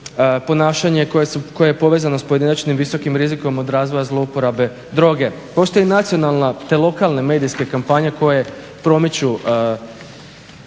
ponašanje koje je povezano s pojedinačnim visokim rizikom od razvoja zlouporabe droge. Postoji nacionalna te lokalne medijske kampanje koje promiču,